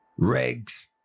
Regs